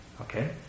Okay